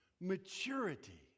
maturity